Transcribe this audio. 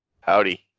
howdy